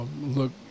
look